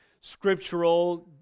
scriptural